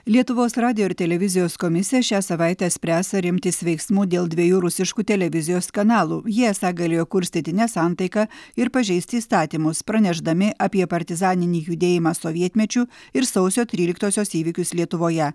lietuvos radijo ir televizijos komisija šią savaitę spręs ar imtis veiksmų dėl dviejų rusiškų televizijos kanalų jie esą galėjo kurstyti nesantaiką ir pažeisti įstatymus pranešdami apie partizaninį judėjimą sovietmečiu ir sausio tryliktosios įvykius lietuvoje